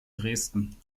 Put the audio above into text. dresden